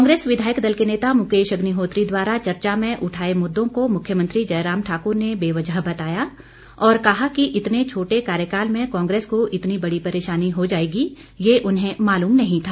कांग्रेस विधायक दल के नेता मुकेश अग्निहोत्री द्वारा चर्चा में उठाए मुद्दों को मुख्यमंत्री जयराम ठाकूर ने बेवजह बताया और कहा कि इतने छोटे कार्यकाल में कांग्रेस को इतनी बड़ी परेशानी हो जाएगी ये उन्हें मालूम नहीं था